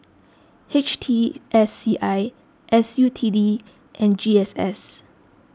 H T S C I S U T D and G S S